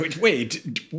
Wait